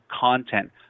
content